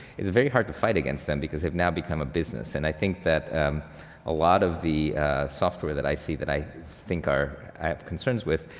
it's very hard to fight against them, because they've now become a business. and i think that um a lot of the software that i see that i think are, i have concerns with,